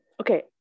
Okay